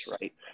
right